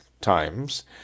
times